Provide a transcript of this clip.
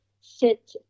sit